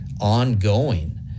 ongoing